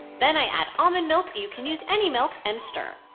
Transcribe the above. then i add almond milk, you can use any milk, and stir.